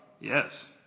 Yes